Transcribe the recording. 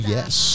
Yes